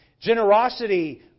generosity